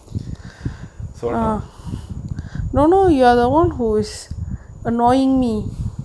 so enough